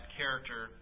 character